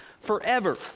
forever